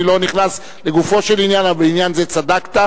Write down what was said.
אני לא נכנס לגופו של עניין, אבל בעניין זה צדקת.